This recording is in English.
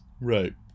right